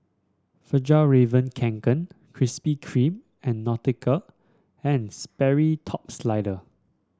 Fjallraven Kanken Krispy Kreme and Nautica And Sperry Top Sider